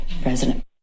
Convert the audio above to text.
president